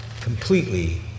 completely